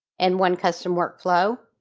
and one custom workflow.